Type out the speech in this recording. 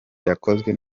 yakozwe